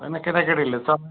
होइन केटाकेटीले च